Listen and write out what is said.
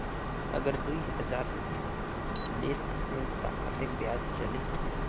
अगर दुई हजार लेत हो ता कतेक ब्याज चलही?